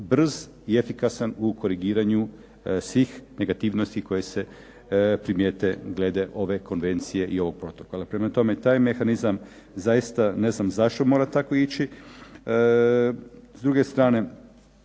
brz i efikasan u korigiranju svih negativnosti koje se primijete glede ove konvencije i ovog protokola. Prema tome, taj mehanizam zaista ne znam zašto mora tako ići.